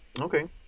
Okay